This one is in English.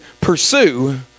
pursue